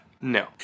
no